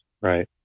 Right